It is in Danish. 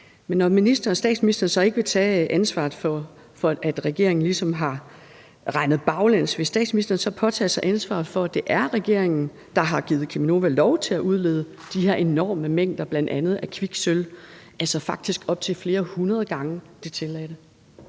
Men når statsministeren så ikke vil tage ansvaret for, at regeringen ligesom har regnet baglæns, vil statsministeren så påtage sig ansvaret for, at det er regeringen, der har givet Cheminova lov til at udlede de her enorme mængder af bl.a. kviksølv, altså faktisk op til flere hundrede gange det tilladte?